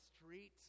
street